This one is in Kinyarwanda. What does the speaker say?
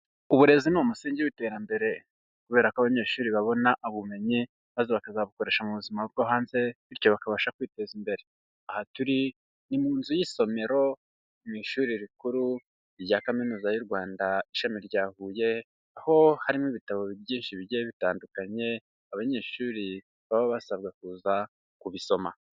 Uburezi ni umusingi w'iterambere, kubera ko abanyeshuri babona ubumenyi maze bakazabukoresha mu buzima bwo hanze, bityo bakabasha kwiteza imbere, ahaturi mu nzu y'isomero mu ishuri rikuru rya kaminuza y'urwanda ishami rya huye, aho harimo ibitabo byinshi bigiye bitandukanye, abanyeshuri baba basabwa kuza kubisoma.